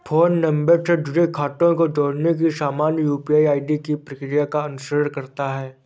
phone number से जुड़े खातों को जोड़ने की सामान्य यू.पी.आई प्रक्रिया का अनुसरण करता है